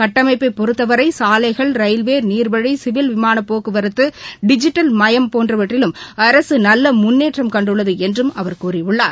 கட்டமைப்பை பொறத்தவரை சாலைகள் ரயில்வே நீர்வழி சிவில் விமான போக்குவரத்து டிஜிட்டல்மயம் போன்றவற்றிலும் அரசு நல்ல முன்னேற்றம் கண்டுள்ளது என்றும் அவர் கூறியுள்ளார்